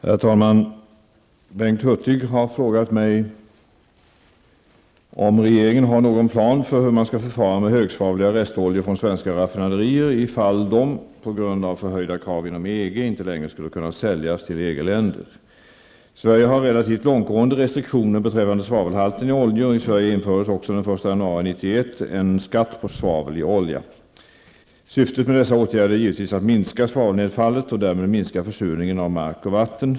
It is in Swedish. Herr talman! Bengt Hurtig har frågat mig om regeringen har någon plan för hur man skall förfara med högsvavliga restoljor från svenska raffinaderier ifall de, på grund av förhöjda krav inom EG, inte längre skulle kunna säljas till EG Sverige har relativt långtgående restriktioner beträffande svavelhalten i oljor. I Sverige infördes också den 1 januari 1991 en skatt på svavel i olja. Syftet med dessa åtgärder är givetvis att minska svavelnedfallet och därmed minska försurningen av mark och vatten.